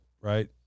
right